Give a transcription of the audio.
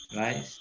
right